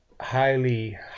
highly